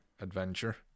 adventure